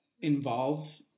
involve